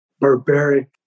barbaric